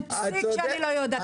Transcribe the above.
אין פסיק שאני לא יודעת.